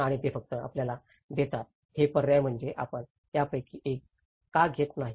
आणि ते फक्त आपल्याला देतात हे पर्याय म्हणजे आपण यापैकी एक का घेत नाही